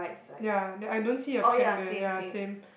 ya then I don't see a pack there ya same